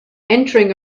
entering